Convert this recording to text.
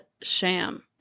sham